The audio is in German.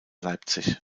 leipzig